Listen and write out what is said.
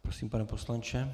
Prosím, pane poslanče.